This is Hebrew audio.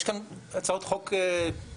יש כאן הצעות חוק פרטיות,